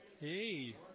Hey